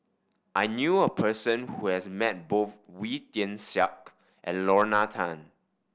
I knew a person who has met both Wee Tian Siak and Lorna Tan